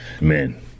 men